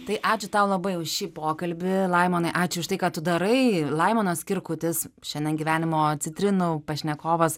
tai ačiū tau labai už šį pokalbį laimonai ačiū už tai ką tu darai laimonas kirkutis šiandien gyvenimo citrinų pašnekovas